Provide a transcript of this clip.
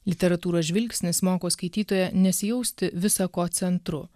literatūros žvilgsnis moko skaitytoją nesijausti visa ko centru